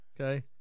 okay